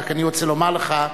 אני רוצה לומר לך,